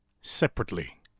Separately